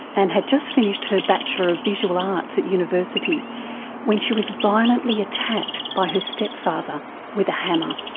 and had just finished her bachelor of visual arts at university when she was violently attacked by her step-father with a hammer.